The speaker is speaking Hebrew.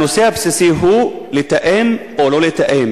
הנושא הבסיסי הוא לתאם או לא לתאם.